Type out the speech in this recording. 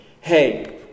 Hey